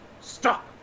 Stop